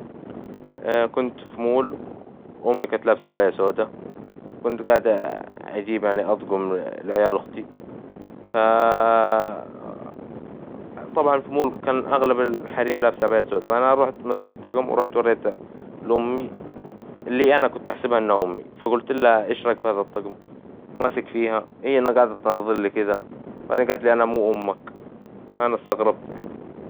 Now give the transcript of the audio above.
كنت في مول و أمي كانت لابسة عباية سودة، كنت قاعد أجيب أطقم لعيال أختي، ف طبعا في المول كان أغلب الحريم لابسة عبايات سودة، أنا رحت مسكت طقم ورحت وريته لأمي إللي أنا كنت أحسبها إنها أمي! فقلت لها: إش رأيك في هذا الطقم؟ وماسك فيها هي هنا قعدت تناظر لي كذا، بعدين قالت لي: أنا مو أمك، أنا استغربت يعني.